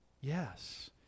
Yes